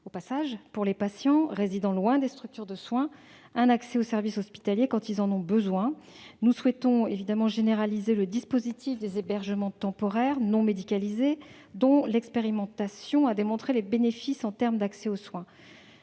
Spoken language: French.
en assurant, pour les patients résidant loin des structures de soins, un accès aux services hospitaliers quand ils en ont besoin. Nous souhaitons généraliser le dispositif des hébergements temporaires non médicalisés, dont l'expérimentation a démontré les bénéfices en termes d'accès aux soins.